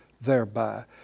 thereby